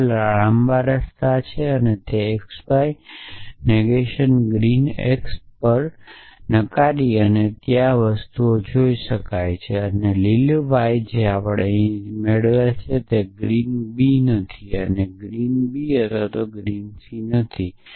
બધા લાંબા રસ્તો છે તેથી xy નેગેશન ગ્રીન એક્સ પર નકાર હા ત્યાં તે વસ્તુ જોઇ છે અને લીલી y આપણે અહીં જે મેળવે છે તે ગ્રીન અને ગ્રીન b નથી અને ગ્રીન b અથવા ગ્રીન સી નથી